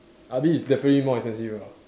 I mean it's definitely more expensive ah